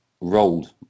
rolled